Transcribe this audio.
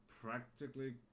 practically